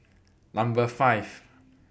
Number five